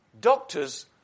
Doctors